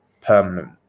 permanent